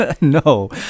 No